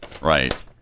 Right